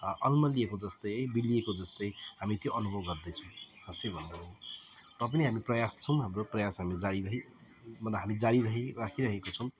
अल्मलिएको जस्तै बिलिएको जस्तै हामी त्यो अनुभव गर्दैछौँ साँच्चै भन्नु हो तापनि हामी प्रयास छौँ हाम्रो प्रयास हामी जारी रही मतलब हामी जारी रही रहिरहेको छौँ